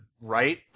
right